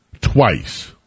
twice